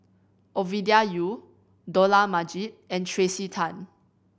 Ovidia Yu Dollah Majid and Tracey Tan